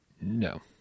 No